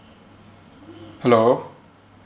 hello